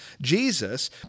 Jesus